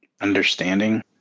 understanding